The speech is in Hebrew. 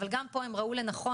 אבל גם פה הם ראו לנכון,